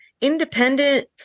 independent